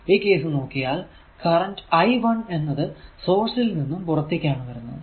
ഈ കേസ് നോക്കിയാൽ current I1 എന്നത് സോഴ്സ് ൽ നിന്നും പുറത്തേക്കാണ് വരുന്നത്